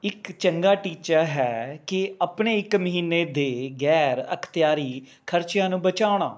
ਇੱਕ ਚੰਗਾ ਟੀਚਾ ਹੈ ਕਿ ਆਪਣੇ ਇੱਕ ਮਹੀਨੇ ਦੇ ਗੈਰ ਅਖ਼ਤਿਆਰੀ ਖਰਚਿਆਂ ਨੂੰ ਬਚਾਉਣਾ